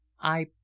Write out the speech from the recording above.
I